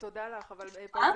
מה זה